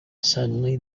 suddenly